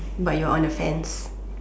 but you're on a fence